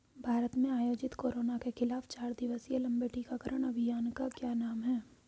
भारत में आयोजित कोरोना के खिलाफ चार दिवसीय लंबे टीकाकरण अभियान का क्या नाम है?